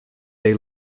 they